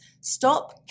stop